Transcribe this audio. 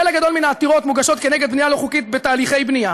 חלק גדול מן העתירות מוגשות כנגד בנייה לא חוקית בתהליכי בנייה,